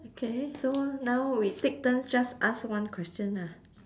okay so now we take turns just ask one question ah